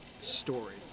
story